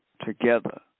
together